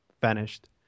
vanished